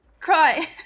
Cry